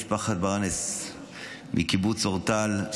משפחת ברנס מקיבוץ אורטל,